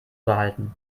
behalten